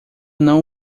não